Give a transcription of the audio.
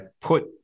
put